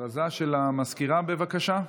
הודעה לסגנית המזכיר, בבקשה.